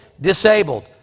disabled